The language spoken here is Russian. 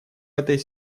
этой